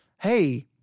hey